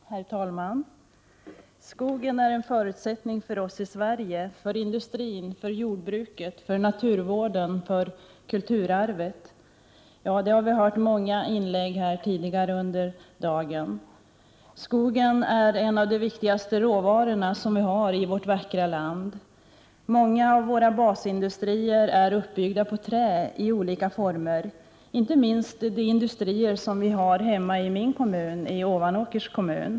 Herr talman! Skogen är en förutsättning för oss i Sverige — för industrin, för jordbruket, för naturvården, för kulturarvet. Det har vi hört i många inlägg tidigare under dagen. Skogen är en av de viktigaste råvaror vi har i vårt vackra land. Många av våra basindustrier är uppbyggda på trä i olika former. Det gäller inte minst de industrier som finns hemma i min kommun, Ovanåker.